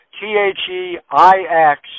T-H-E-I-X